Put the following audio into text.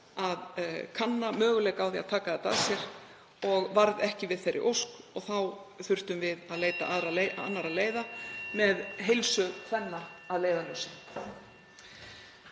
að kanna möguleika á því að taka þetta að sér en varð ekki við þeirri ósk og þá þurftum við að leita annarra leiða með heilsu kvenna að leiðarljósi.